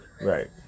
Right